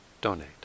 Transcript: donate